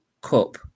Cup